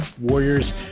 Warriors